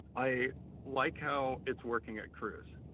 i like how it's working at cruise.